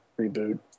reboot